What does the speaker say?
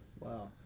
Wow